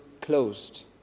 closed